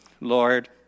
Lord